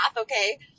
okay